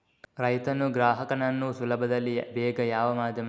ರೈತನು ಗ್ರಾಹಕನನ್ನು ಸುಲಭದಲ್ಲಿ ಬೇಗ ಯಾವ ಮಾಧ್ಯಮದಲ್ಲಿ ಮುಟ್ಟಬಹುದು?